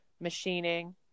machining